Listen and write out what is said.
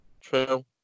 True